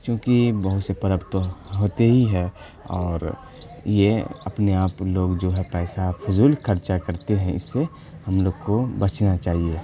چونکہ بہت سے پرب تو ہوتے ہی ہے اور یہ اپنے آپ لوگ جو ہے پیسہ فضول خرچہ کرتے ہیں اس سے ہم لوگ کو بچنا چاہیے